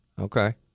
Okay